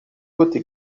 côté